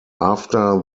after